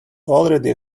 already